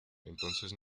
entonces